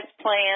plan